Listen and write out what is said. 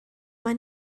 mae